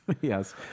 Yes